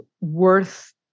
worth